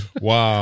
Wow